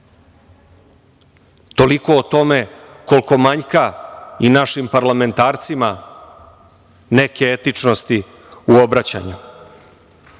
Toliko o tome koliko manjka i našim parlamentarcima neke etičnosti u obraćanju.